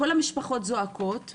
כל המשפחות זועקות,